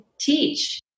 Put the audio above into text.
teach